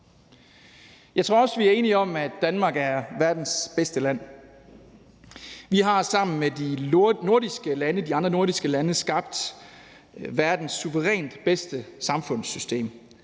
Jeg tror også, at vi er enige om, at Danmark er verdens bedste land. Vi har sammen med de andre nordiske lande skabt verdens suverænt bedste samfundssystem